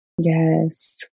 Yes